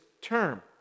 term